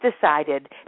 decided